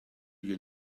you